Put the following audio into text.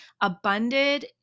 abundant